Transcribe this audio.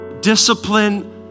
Discipline